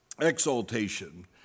Exaltation